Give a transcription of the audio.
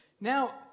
Now